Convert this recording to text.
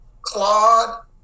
claude